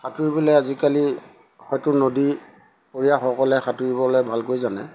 সাঁতুৰিবলৈ আজিকালি হয়তো নদী পৰিয়াসকলে সাঁতুৰিবলৈ ভালকৈ জানে